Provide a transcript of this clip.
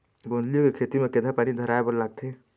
गोंदली के खेती म केघा पानी धराए बर लागथे?